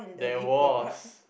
there was